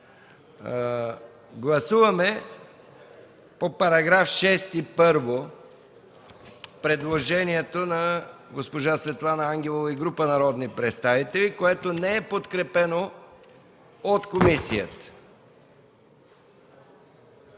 Гласуваме по § 6 – първо, предложението на госпожа Светлана Ангелова и група народни представители, което не е подкрепено от комисията.